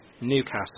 Newcastle